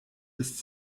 ist